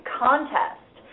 contest